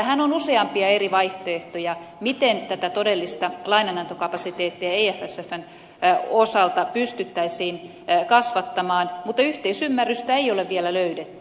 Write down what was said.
tähän on useita eri vaihtoehtoja miten tätä todellista lainanantokapasiteettia efsfn osalta pystyttäisiin kasvattamaan mutta yhteisymmärrystä ei ole vielä löydetty